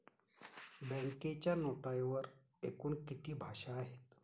बँकेच्या नोटेवर एकूण किती भाषा आहेत?